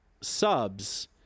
Subs